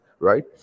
right